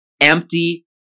empty